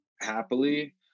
happily